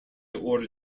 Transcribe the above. order